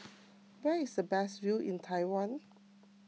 where is the best view in Taiwan